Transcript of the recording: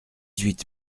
huit